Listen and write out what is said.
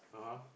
(uh huh)